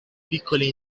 piccoli